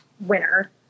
winner